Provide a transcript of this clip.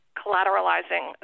collateralizing